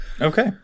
Okay